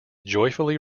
joyfully